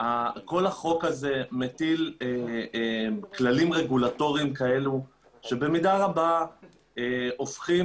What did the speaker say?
כל החוק הזה מטיל כללים רגולטוריים כאלה שבמידה רבה הופכים